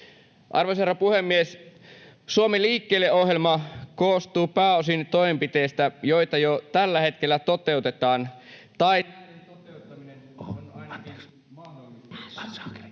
Arvoisa herra puhemies! Suomi liikkeelle ‑ohjelma koostuu pääosin toimenpiteistä, joita jo tällä hetkellä toteutetaan tai joiden